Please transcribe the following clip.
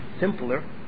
Simpler